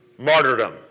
Martyrdom